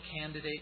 candidate